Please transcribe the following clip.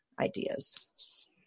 ideas